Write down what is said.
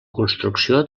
construcció